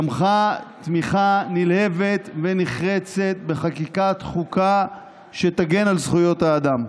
תמכה תמיכה נלהבת ונחרצת בחקיקת חוקה שתגן על זכויות האדם.